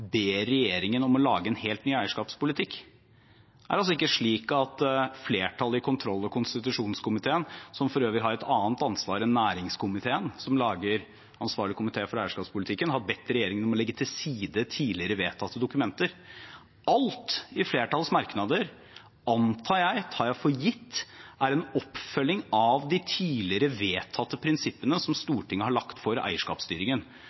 ber regjeringen om å lage en helt ny eierskapspolitikk. Det er altså ikke slik at flertallet i kontroll- og konstitusjonskomiteen, som for øvrig har et annet ansvar enn næringskomiteen, som er ansvarlig komité for eierskapspolitikken, har bedt regjeringen om å legge til side tidligere vedtatte dokumenter. Alt i flertallets merknader, antar jeg – tar jeg for gitt – er en oppfølging av de tidligere vedtatte prinsippene som Stortinget har lagt for eierskapsstyringen.